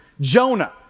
Jonah